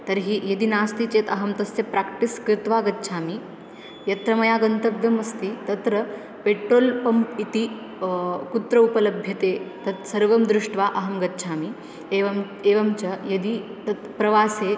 तर्हि यदि नास्ति चेत् अहं तस्य प्राक्टिस् कृत्वा गच्छामि यत्र मया गन्तव्यम् अस्ति तत्र पेट्रोल् पम्प् इति कुत्र उपलभ्यते तत् सर्वं दृष्ट्वा अहं गच्छामि एवं एवञ्च यदि तत् प्रवासे